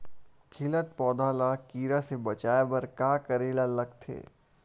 खिलत पौधा ल कीरा से बचाय बर का करेला लगथे?